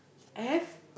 I have